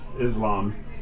Islam